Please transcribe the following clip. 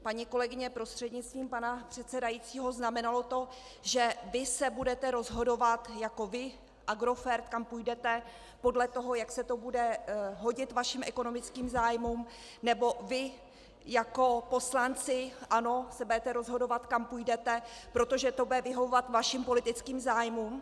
Paní kolegyně prostřednictvím pana předsedajícího, znamenalo to, že vy se budete rozhodovat jako vy Agrofert, kam půjdete, podle toho, jak se to bude hodit vašim ekonomickým zájmům, nebo vy jako poslanci ANO se budete rozhodovat, kam půjdete, protože to bude vyhovovat vašim politickým zájmům?